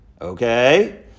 okay